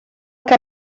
que